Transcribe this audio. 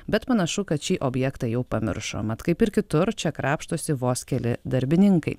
bet panašu kad šį objektą jau pamiršo mat kaip ir kitur čia krapštosi vos keli darbininkai